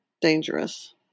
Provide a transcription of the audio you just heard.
dangerous